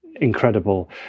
incredible